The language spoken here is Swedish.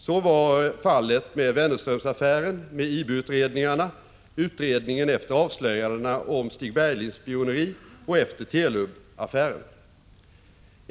Så var fallet med Wennerströmaffären, IB-utredningarna, utredningen efter avslöjandena om Stig Berglings 47 spioneri och efter Telubaffären.